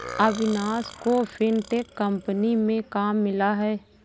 अविनाश को fintech company में काम मिला है